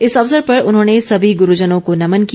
इस अवसर पर उन्होंने सभी ग्रुजनों को नमन किया